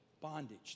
bondage